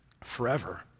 Forever